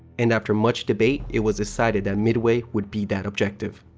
and, after much debate, it was decided that midway would be that objective.